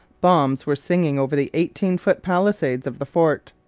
bombs were singing over the eighteen-foot palisades of the fort.